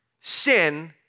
sin